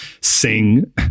sing